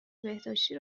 بهداشتی